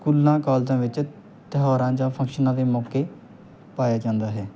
ਸਕੂਲਾਂ ਕਾਲਜਾਂ ਵਿੱਚ ਤਿਉਹਾਰਾਂ ਜਾਂ ਫੰਕਸ਼ਨਾਂ ਦੇ ਮੌਕੇ ਪਾਇਆ ਜਾਂਦਾ ਹੈ